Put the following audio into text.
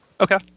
Okay